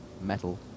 metal